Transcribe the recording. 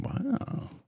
Wow